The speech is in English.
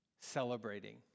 celebrating